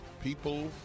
people